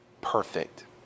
perfect